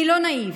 אני לא נאיבית.